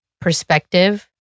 perspective